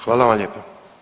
Hvala vam lijepo.